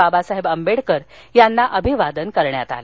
बाबासाहेब आंबेडकर यांना अभिवादन करण्यात आलं